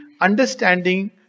understanding